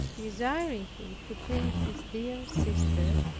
desiring him to bring his dear sister,